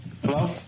Hello